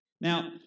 Now